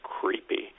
creepy